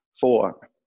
four